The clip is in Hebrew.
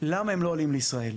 למה הם לא עולים לישראל.